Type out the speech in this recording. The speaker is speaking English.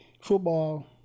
Football